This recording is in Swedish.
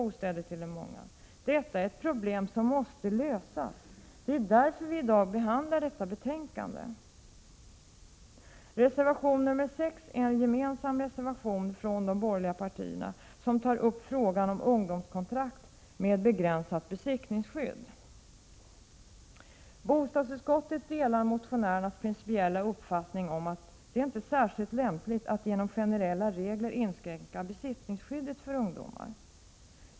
1986/87:132 bostäder för de unga. Det är ett problem som måste lösas. Det är därför vi i 27 maj 1987 dag behandlar detta betänkande. Reservation nr 6 är en gemensam reservation från de borgerliga partierna som tar upp frågan om ungdomskontrakt med begränsat besittningsskydd. Bostadsutskottet delar motionärernas principiella uppfattning att det inte är särskilt lämpligt att genom generella regler inskränka besittningsskyddet för ungdomar.